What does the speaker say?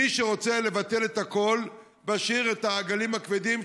מי שרוצה לבטל את הכול משאיר את העגלים הכבדים,